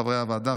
חברי הוועדה,